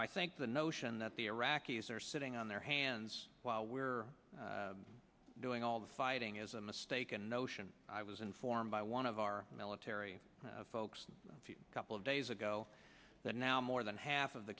and i think the notion that the iraqis are sitting on their hands while we're doing all the fighting is a mistaken notion i was informed by one of our military folks a couple of days ago that now more than half of the